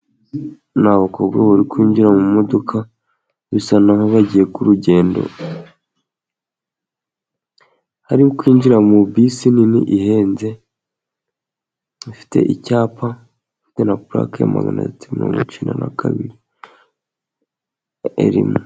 N'abakobwa bari kwinjira mu modoka bisa naho bagiye ku rugendo, barimo kwinjira muri bisi nini ihenze. Ifite icyapa na purake maganatatu mirongo icyenda na kabiri.